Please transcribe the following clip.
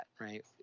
right